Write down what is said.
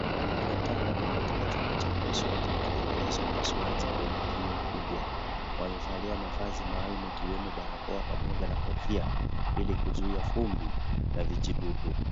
Madakitari wako katika chumba cha upasuaji wakitekeleza upasuaji kwa umaakini mkubwa, wamevalia mavazi maalumu ikiwemo barakoa pamoja na kofia ili kuzuia vumbi na vijidudu.